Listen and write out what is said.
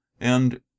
And